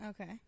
Okay